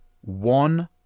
One